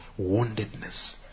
woundedness